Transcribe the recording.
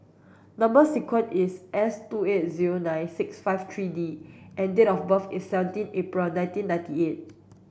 number sequence is S two eight zero nine six five three D and date of birth is seventeen April nineteen ninety eight